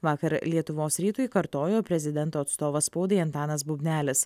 vakar lietuvos rytui kartojo prezidento atstovas spaudai antanas bubnelis